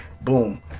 boom